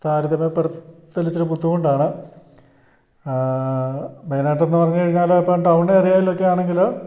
താരതമ്യപ്പെടുത്തൽ ഇച്ചിരി ബുദ്ധിമുട്ടാണ് മെയിനായിട്ടെന്നു പറഞ്ഞു കഴിഞ്ഞാൽ ഇപ്പം ടൗൺ ഏരിയയിലൊക്കെ ആണെങ്കിൽ